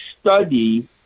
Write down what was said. study